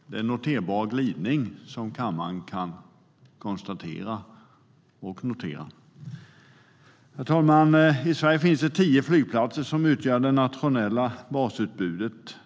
Det är en glidning som kammaren kan konstatera och notera. Herr talman! I Sverige finns tio flygplatser som utgör det nationella basutbudet.